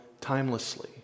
timelessly